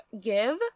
give